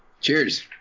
Cheers